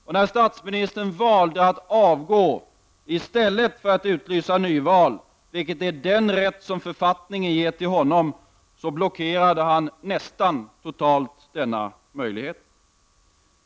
Och när statsministern valde att avgå i stället för att utlysa nyval, vilket är den rätt författningen ger honom, blockerade han nästan totalt denna möjlighet.